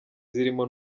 zirimo